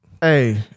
Hey